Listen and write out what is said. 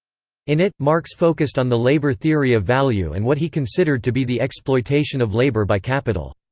in it, marx focused on the labour theory of value and what he considered to be the exploitation of labour by capital.